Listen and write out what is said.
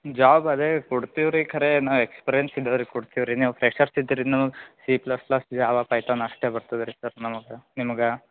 job ಅದೇ ಕೊಡ್ತಿವಿ ರೀ ಖರೇ ನಾ ಎಕ್ಸ್ಪಿರೆನ್ಸ್ ಇದ್ದವ್ರಿಗೆ ಕೊಡ್ತಿವಿ ರೀ ನೀವು ಫ್ರೆಷೆರ್ಸ್ ಇದ್ದೀರಿ ನಿಮಗ್ C plus plus Java Python ಅಷ್ಟೇ ಬರ್ತದೆ ರೀ ಸರ್ ನಮ್ಗೆ ನಿಮ್ಗೆ